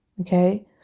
Okay